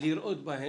לראות בהם,